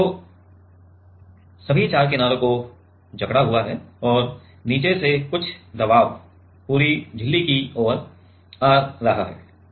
तो सभी चार किनारों को जकड़ा हुआ है और नीचे से कुछ दबाव पूरी झिल्ली की ओर आ रहा है